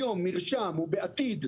היום מרשם הוא בעתיד,